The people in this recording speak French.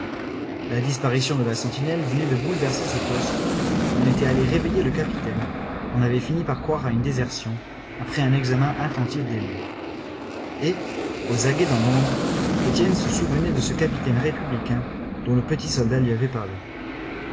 la disparition de la sentinelle venait de bouleverser ce poste on était allé réveiller le capitaine on avait fini par croire à une désertion après un examen attentif des lieux et aux aguets dans l'ombre étienne se souvenait de ce capitaine républicain dont le petit soldat lui avait parlé